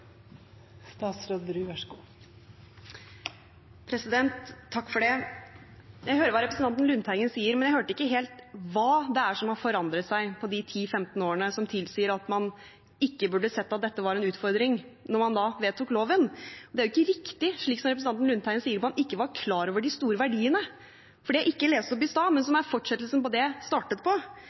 representanten Lundteigen sier, men jeg hørte ikke helt hva det er som har forandret seg på de 10–15 årene som tilsier at man ikke burde sett at dette var en utfordring da man vedtok loven. Det er jo ikke riktig, slik som representanten Lundteigen sier, at man ikke var klar over de store verdiene. For det jeg ikke leste opp i stad, men som er fortsettelsen på det jeg startet på,